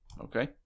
Okay